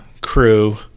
crew